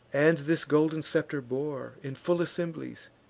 and this golden scepter bore in full assemblies,